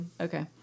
Okay